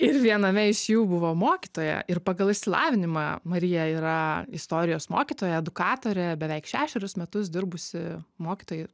ir viename iš jų buvo mokytoja ir pagal išsilavinimą marija yra istorijos mokytoja edukatorė beveik šešerius metus dirbusi mokytoja